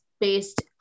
based